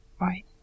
Right